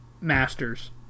masters